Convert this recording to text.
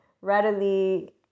readily